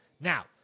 Now